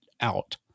out